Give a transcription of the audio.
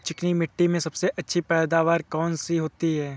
चिकनी मिट्टी में सबसे अच्छी पैदावार कौन सी होती हैं?